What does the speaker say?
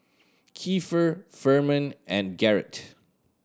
Kiefer Furman and Garrett